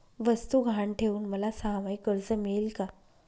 वस्तू गहाण ठेवून मला सहामाही कर्ज मिळेल का?